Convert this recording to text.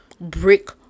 brick